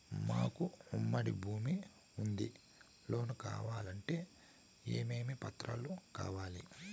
మాకు ఉమ్మడి భూమి ఉంది లోను కావాలంటే ఏమేమి పత్రాలు కావాలి?